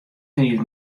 fiif